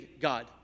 God